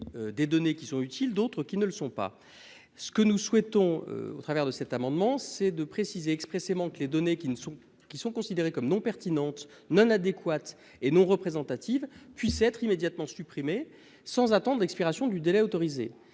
des données qui sont utiles, d'autres qui ne le sont pas. Ce que nous souhaitons au travers de cet amendement, c'est de préciser expressément que les données qui ne sont, qui sont considérés comme non pertinentes non adéquate et non représentative puisse être immédiatement supprimé sans attendent l'expiration du délai autorisé